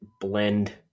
blend